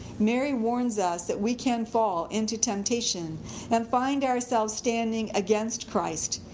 mary warns us that we can fall into temptation and find ourselves standing against christ,